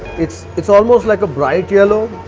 it's it's almost like a bright yellow.